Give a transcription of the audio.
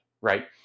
right